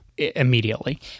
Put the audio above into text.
immediately